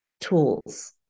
tools